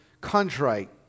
contrite